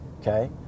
okay